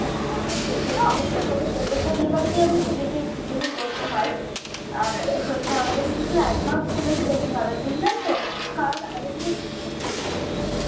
হ্যাঁ হ্যাঁ দেখে তো অবশ্যই করব প্রত্যেকটা বিয়েবাড়িতেই আপনার সেই দেখে দেখে করতে হয় আর হচ্ছে আমাদেরকে কিছু অ্যাডভান্স পেমেন্ট করতে হবে বুঝলেন তো কারণ আগে থেকে জানলে শুনলে